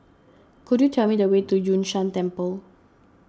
could you tell me the way to Yun Shan Temple